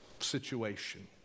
situation